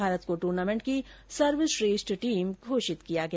भारत को टूर्नामेंट की सर्वश्रेष्ठ टीम घोषित किया गया